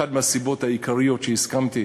אחת הסיבות העיקריות שהסכמתי,